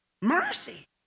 Mercy